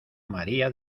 maría